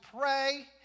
pray